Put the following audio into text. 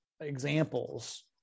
examples